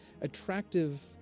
attractive